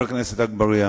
חבר הכנסת אגבאריה.